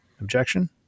objection